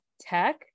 tech